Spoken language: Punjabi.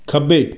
ਖੱਬੇ